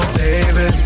baby